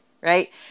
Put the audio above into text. right